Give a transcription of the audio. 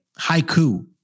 haiku